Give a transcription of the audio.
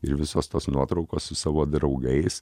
ir visos tos nuotraukos su savo draugais